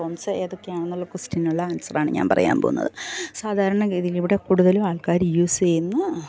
forms ഏതൊക്കെയാണെന്നുള്ള കൊസ്റ്റിനുള്ള answer ആണ് ഞാൻ പറയാൻ പോകുന്നത് സാധാരണ ഗതിയിൽ ഇവിടെ കൂടുതലും ആൾക്കാർ യൂസ് ചെയ്യുന്ന